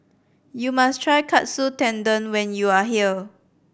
you must try Katsu Tendon when you are here